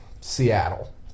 Seattle